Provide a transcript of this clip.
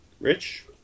Rich